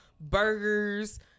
burgers